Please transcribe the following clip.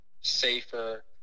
safer